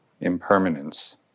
impermanence